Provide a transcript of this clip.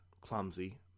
clumsy